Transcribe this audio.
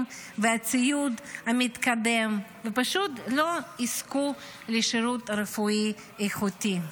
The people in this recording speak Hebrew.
והציוד המתקדם ופשוט לא יזכו לשירות רפואי איכותי.